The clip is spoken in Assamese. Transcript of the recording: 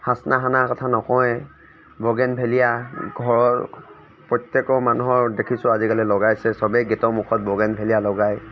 হাচনাহানাৰ কথা নকওৱেই ব'গেনভেলিয়া ঘৰৰ প্ৰত্যেকৰ মানুহৰ দেখিছোঁ আজিকালি লগাইছে চবেই গেটৰ মুখত ব'গেনভেলিয়া লগায়